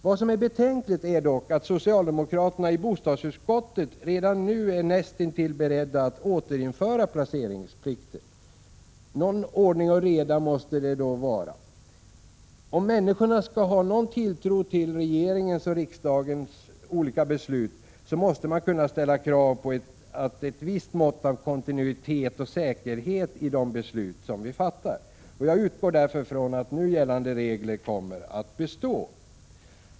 Vad som är betänkligt är dock att socialdemokraterna i bostadsutskottet redan nu är näst intill beredda att återinföra placeringsplikten. Någon ordning och reda måste det dock vara. Om människor skall ha någon tilltro till regeringens och riksdagens olika beslut, måste man kunna ställa krav på ett visst mått av kontinuitet och säkerhet i de beslut som vi fattar. Jag utgår därför från att nu gällande regler kommer att bestå.